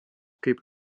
kaip